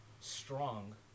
strong